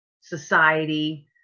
society